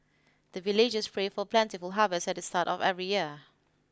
the villagers pray for plentiful harvest at the start of every year